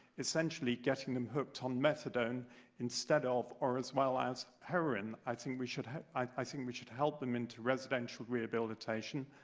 essentially, getting them hooked on methadone instead of, or as well as heroin. i think we should help i think we should help them into residential rehabilitation,